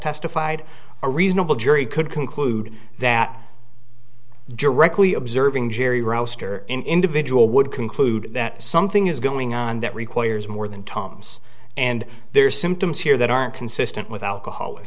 testified a reasonable jury could conclude that directly observing jerry roster an individual would conclude that something is going on that requires more than tom's and there are symptoms here that aren't consistent with alcohol